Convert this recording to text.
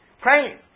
praying